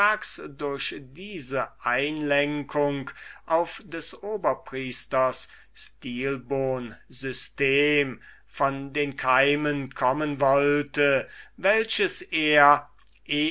durch diese einlenkung auf des oberpriesters stilbon system von den keimen kommen wollte welches er